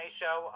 show